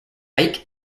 ike